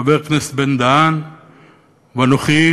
חבר הכנסת בן-דהן ואנוכי,